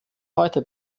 heute